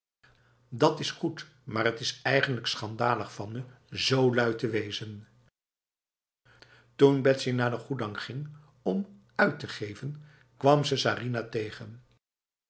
dat is goed maar het is eigenlijk schandalig van me zo lui te wezen toen betsy naar de goedang ging om uit te geven kwam ze sarinah tegen